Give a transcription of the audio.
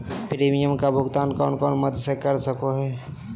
Premium के भुक्तान कौन कौन माध्यम से कर सको है?